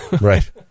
Right